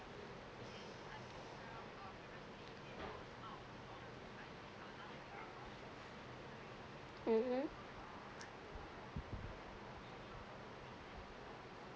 mmhmm